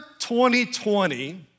2020